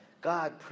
God